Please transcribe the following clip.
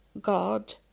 God